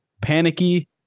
panicky